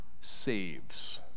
saves